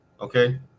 okay